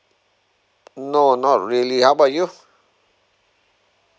no not really how about you